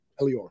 Elior